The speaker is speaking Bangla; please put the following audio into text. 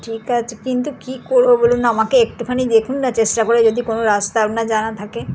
ঠিক আছে কিন্তু কী করবো বলুন আমাকে একটুখানি দেখুন না চেষ্টা করে যদি কোনো রাস্তা আপনার জানা থাকে